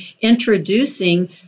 introducing